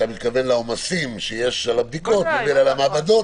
אתה מתכוון לעומסים שיש על הבדיקות בגלל המעבדות.